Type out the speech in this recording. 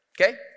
okay